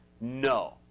no